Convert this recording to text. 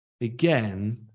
again